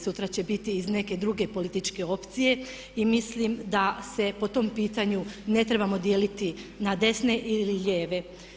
Sutra će biti iz neke druge političke opcije i mislim da se po tom pitanju ne trebamo dijeliti na desne ili lijeve.